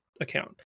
account